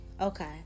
Okay